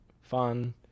fun